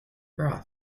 broth